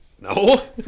No